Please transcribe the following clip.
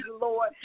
Lord